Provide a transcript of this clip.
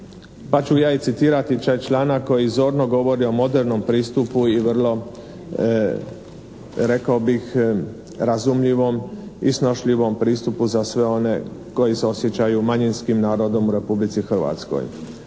Pa ću ja i citirati taj članak koji zorno govori o modernom pristupu i vrlo rekao bih razumljivom i snošljivom pristupu za sve one koji se osjećaju manjinskim narodom u Republici Hrvatskoj.